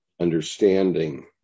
understanding